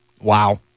Wow